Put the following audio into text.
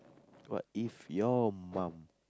what if your mum